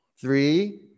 Three